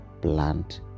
plant